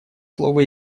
слово